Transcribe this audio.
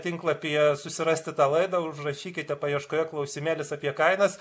tinklapyje susirasti tą laidą užrašykite paieškoje klausimėlis apie kainas